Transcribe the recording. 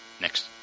next